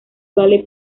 vale